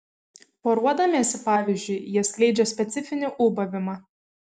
poruodamiesi pavyzdžiui jie skleidžia specifinį ūbavimą